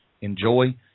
Enjoy